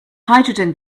hydrogen